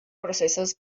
procesos